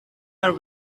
are